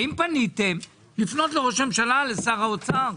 האם פניתם לראש הממשלה ולשר האוצר,